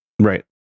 Right